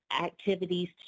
activities